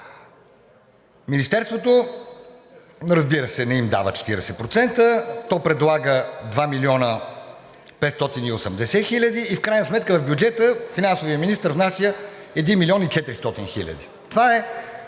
Министерството, разбира се, не им дава 40%. То предлага 2 млн. 580 хил. лв. В крайна сметка в бюджета финансовият министър внася 1 млн. и 400 хил. лв. Това е